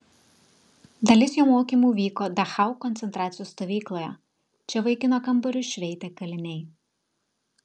dalis jo mokymų vyko dachau koncentracijos stovykloje čia vaikino kambarius šveitė kaliniai